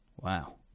Wow